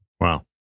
wow